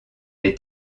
est